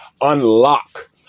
unlock